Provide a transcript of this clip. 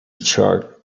chart